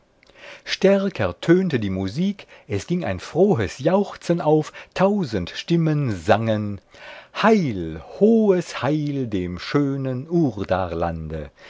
stärker tönte die musik es ging ein frohes jauchzen auf tausend stimmen sangen heil hohes heil dem schönen